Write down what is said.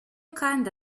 kandi